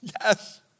yes